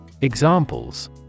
Examples